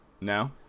No